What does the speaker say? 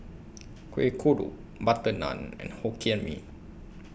Kueh Kodok Butter Naan and Hokkien Mee